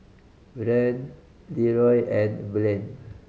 Rahn Leroy and Blaine